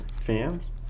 Fans